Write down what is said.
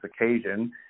occasion